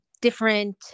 different